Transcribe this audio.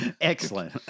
excellent